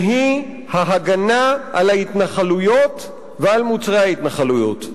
והיא ההגנה על ההתנחלויות ועל מוצרי ההתנחלויות.